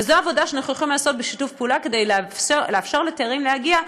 וזאת עבודה שאנחנו יכולים לעשות בשיתוף פעולה כדי לאפשר לתיירים להגיע.